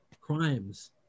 crimes